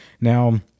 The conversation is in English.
Now